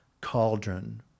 cauldron